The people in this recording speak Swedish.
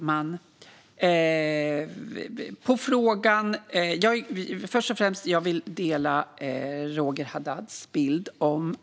Fru talman! Först och främst delar jag Roger Haddads bild.